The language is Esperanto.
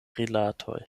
rilatoj